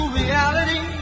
reality